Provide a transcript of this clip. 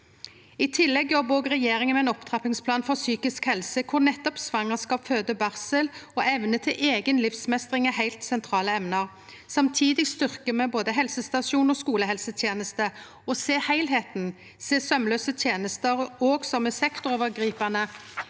I tillegg jobbar regjeringa med ein opptrappingsplan for psykisk helse, kor nettopp svangerskap, føde og barsel og evne til eiga livsmeistring er heilt sentrale emne. Samtidig styrkjer me både helsestasjon og skulehelseteneste. Å sjå heilskapen, å sjå saumlause tenester som òg er sektorovergripande,